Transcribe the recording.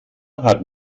hat